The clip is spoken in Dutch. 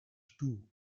stoel